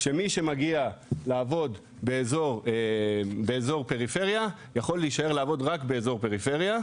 שמי שמגיע לעבוד באזור פריפריה יכול להישאר לעבוד רק באזור פריפריה,